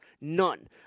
None